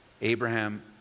Abraham